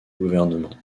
gouvernement